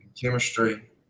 chemistry